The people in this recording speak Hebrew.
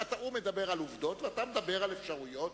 הוא מדבר על עובדות, ואתה מדבר על אפשרויות.